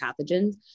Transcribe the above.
pathogens